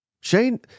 Shane